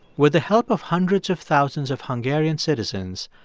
with the help of hundreds of thousands of hungarian citizens,